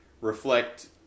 reflect